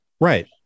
Right